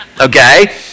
okay